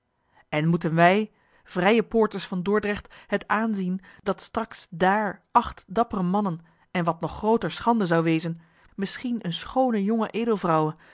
en moeten wij vrije poorters van dordrecht het aanzien dat straks dààr acht dappere mannen en wat nog grooter schande zou wezen misschien eene schoone jonge